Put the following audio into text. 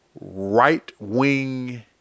right-wing